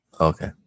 Okay